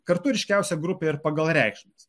kartu ryškiausia grupė ir pagal reikšmes